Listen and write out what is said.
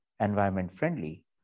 environment-friendly